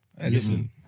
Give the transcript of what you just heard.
Listen